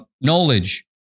knowledge